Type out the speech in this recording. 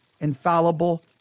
infallible